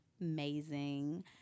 amazing